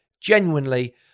genuinely